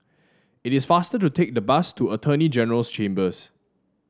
it is faster to take the bus to Attorney General's Chambers